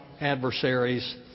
adversaries